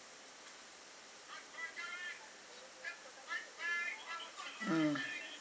mm